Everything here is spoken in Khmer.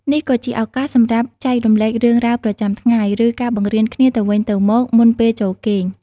នេះក៏ជាឱកាសសម្រាប់ចែករំលែករឿងរ៉ាវប្រចាំថ្ងៃ ឬការបង្រៀនគ្នាទៅវិញទៅមកមុនពេលចូលគេង។